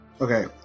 Okay